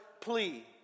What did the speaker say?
plea